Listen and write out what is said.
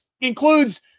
includes